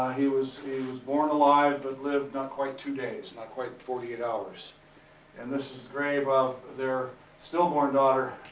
he was he was born alive, but lived not quite two days. not quite forty eight hours and this is the grave of their stillborn daughter,